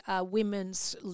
women's